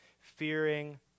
fearing